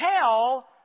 tell